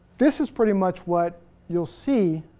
this is pretty much what you'll see,